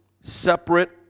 separate